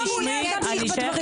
אני לא מעוניינת להמשיך בדברים.